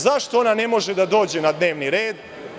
Zašto ona ne može da dođe na dnevni red?